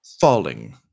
falling